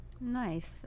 nice